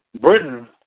Britain